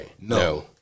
No